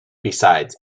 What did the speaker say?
besides